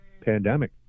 pandemic